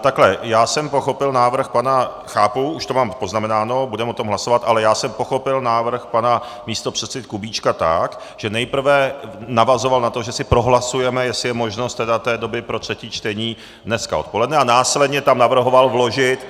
Takhle, já jsem pochopil pana chápu, už to mám poznamenáno, budeme o tom hlasovat, ale já jsem pochopil návrh pana místopředsedy Kubíčka tak, že nejprve navazoval na to, že si prohlasujeme, jestli je možnost té doby pro třetí čtení dneska odpoledne, a následně tam navrhoval vložit